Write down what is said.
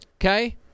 Okay